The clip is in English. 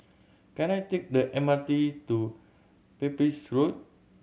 can I take the M R T to Pepys Road